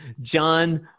John